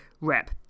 rep